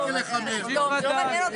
ארבעה?